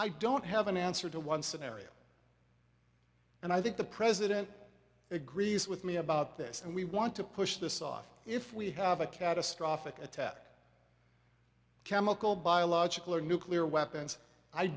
i don't have an answer to one scenario and i think the president agrees with me about this and we want to push this off if we have a catastrophic attack chemical biological or nuclear weapons i